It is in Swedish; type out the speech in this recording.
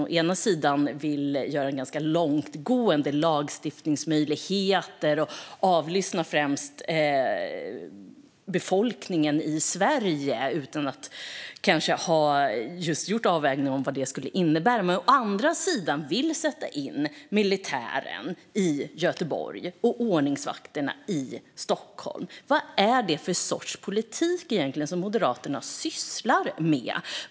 Å ena sidan vill ni skapa ganska långtgående möjligheter i lagen för att främst avlyssna befolkningen i Sverige utan att just ha gjort avvägningar om vad det skulle innebära. Å andra sidan vill ni sätta in militären i Göteborg och ordningsvakter i Stockholm. Vad är det egentligen för sorts politik som Moderaterna sysslar med?